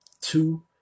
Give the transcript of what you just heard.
two